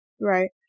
Right